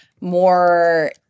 more